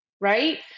right